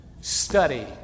Study